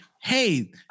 Hey